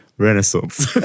renaissance